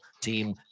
team